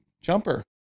jumper